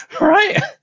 Right